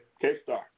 K-Star